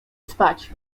spać